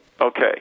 Okay